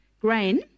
grain